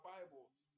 Bibles